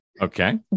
Okay